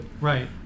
Right